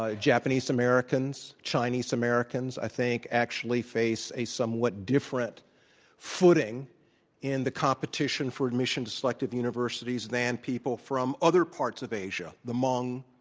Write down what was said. ah japanese-americans, chinese-americans, i think actually face a somewhat different footing in the competition for admission to selective universities than people from other parts of asia, the mnong,